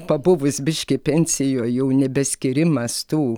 pabuvus biškį pensijoj jau nebeskyrimas tų